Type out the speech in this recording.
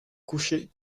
coucher